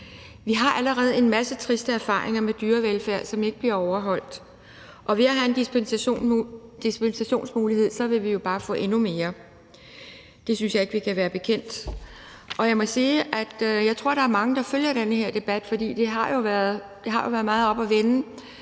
Vi har allerede en masse triste erfaringer med dyrevelfærd, som ikke bliver overholdt, og ved at have en dispensationsmulighed vil vi bare få endnu flere. Det synes jeg ikke vi kan være bekendt. Jeg må sige, at jeg tror, at der er mange, der følger den her debat, for det har jo været meget oppe at vende,